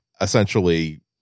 essentially